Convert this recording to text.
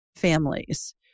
families